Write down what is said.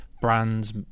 brands